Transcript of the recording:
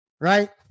right